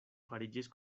fariĝis